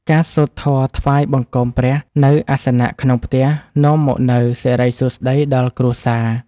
ការសូត្រធម៌ថ្វាយបង្គំព្រះនៅអាសនៈក្នុងផ្ទះ នាំមកនូវសិរីសួស្តីដល់គ្រួសារ។